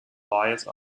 wise